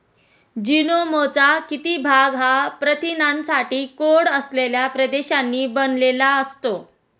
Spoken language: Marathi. जीनोमचा किती भाग हा प्रथिनांसाठी कोड असलेल्या प्रदेशांनी बनलेला असतो?